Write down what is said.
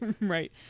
right